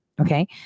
Okay